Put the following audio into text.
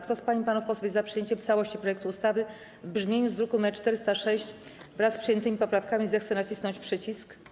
Kto z pań i panów posłów jest za przyjęciem w całości projektu ustawy w brzmieniu z druku nr 406, wraz z przyjętymi poprawkami, zechce nacisnąć przycisk.